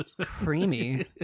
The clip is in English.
creamy